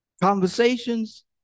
Conversations